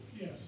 Yes